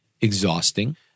exhausting